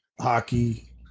hockey